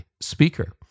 speaker